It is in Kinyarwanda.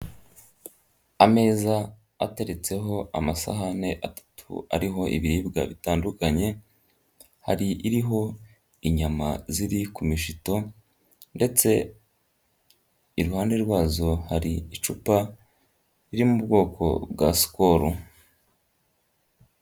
Ameza ateretseho amasahani atatu ariho ibiribwa bitandukanye, hari iriho inyama ziri ku mishito ndetse iruhande rwazo hari icupa riri mu bwoko bwa Skol.